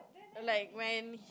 I'm like when